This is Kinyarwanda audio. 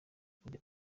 kujya